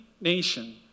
nation